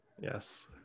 Yes